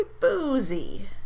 boozy